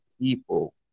people